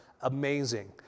amazing